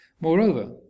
Moreover